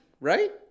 right